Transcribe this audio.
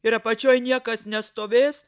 ir apačioj niekas nestovės